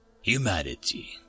Humanity